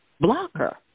blocker